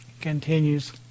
continues